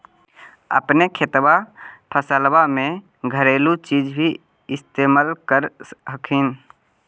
अपने खेतबा फसल्बा मे घरेलू चीज भी इस्तेमल कर हखिन?